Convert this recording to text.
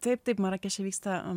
taip taip marakeše vyksta